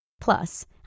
Plus